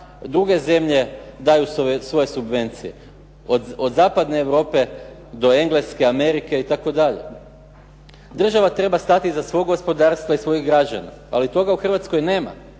druge zemlje daju svoje subvencije, od zapadne Europe, do Engleske, Amerike itd.. Država treba stati iza svog gospodarstva i svojih građana, ali toga u Hrvatskoj nema,